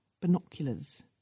Binoculars